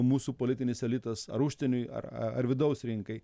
mūsų politinis elitas ar užsieniui ar ar vidaus rinkai